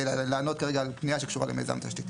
לענות כרגע על פנייה שקשורה למיזם תשתית.